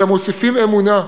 אלא מוסיפים אמונה,